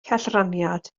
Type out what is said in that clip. cellraniad